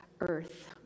Earth